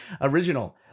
original